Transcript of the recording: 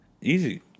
Easy